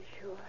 sure